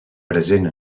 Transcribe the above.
present